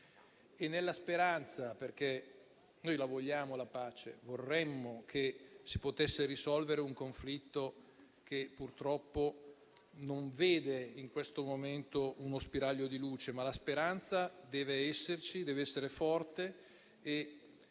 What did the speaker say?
nella speranza - perché noi vogliamo la pace e vorremmo che si potesse risolvere un conflitto che purtroppo in questo momento non vede uno spiraglio di luce, ma la speranza deve esserci e dev'essere forte